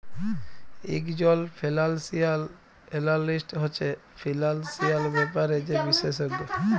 ইকজল financial analyst হছে financial ব্যাপারে যে বিশেষজ্ঞ